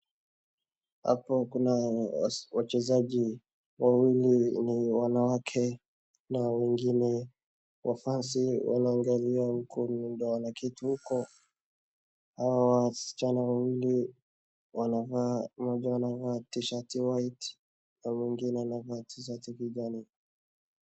Hapo kuna wachezaji wawili ni wanawake na wengine wa fans wanaangalia huku nyundo .Wanaketi huko hawa wasichana wawili wanavaa mmoja anavaa tishati white na mwingine anavaa tishati kijani.